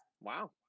Wow